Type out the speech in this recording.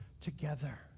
together